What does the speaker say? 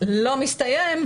לא מסתיים,